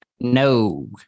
No